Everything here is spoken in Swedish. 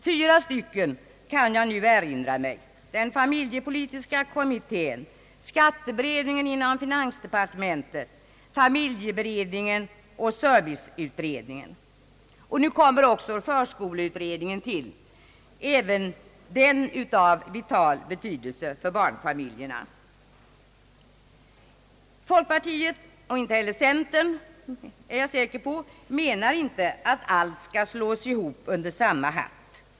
Fyra stycken kan jag nu erinra mig — familjepolitiska kommittén, skatteberedningen inom finansdepartementet, fa miljeberedningen och serviceutredningen. Nu tillkommer också förskoleutredningen — även den av vital betydelse för barnfamiljerna. Folkpartiet menar inte — och säkert inte heller centern — att allt skall slås ihop under samma hatt.